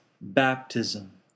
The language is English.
baptism